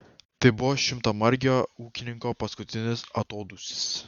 tai buvusio šimtamargio ūkininko paskutinis atodūsis